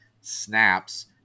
snaps